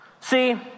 See